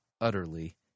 utterly